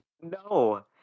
No